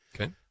Okay